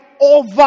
over